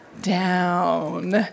down